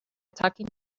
talking